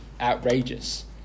outrageous